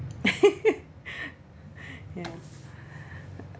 ya